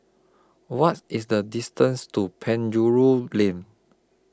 What IS The distance to Penjuru Lane